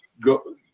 go